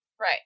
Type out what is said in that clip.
Right